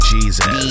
Jesus